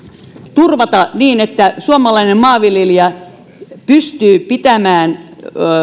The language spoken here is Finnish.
turvata niin että suomalainen maanviljelijä pystyy pitämään